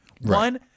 One